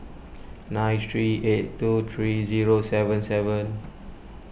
nine three eight two three zero seven seven